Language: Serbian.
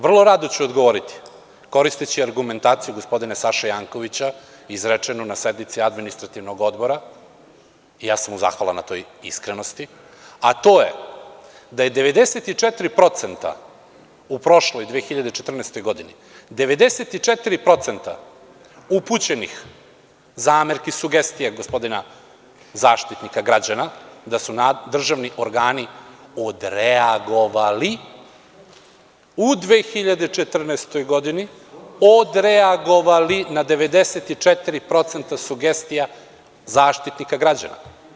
Vrlo rano ću odgovoriti, koristeći argumentaciju gospodina Saše Jankovića, izrečenu na sednici Administrativnog odbora i ja sam mu zahvalan na toj iskrenosti, a to je da je 94% u prošloj 2014. godini upućenih zamerki, sugestija gospodina Zaštitnika građana, da su državni organi odreagovali, u 2014. godini odreagovali na 94% sugestija Zaštitnika građana.